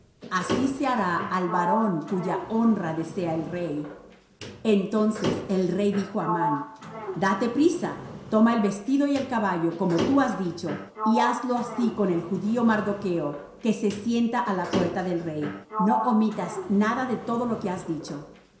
así se hará al varón cuya honra desea el rey entonces el rey dijo á amán date priesa toma el vestido y el caballo como tú has dicho y hazlo así con el judío mardocho que se sienta á la puerta del rey no omitas nada de todo lo que has dicho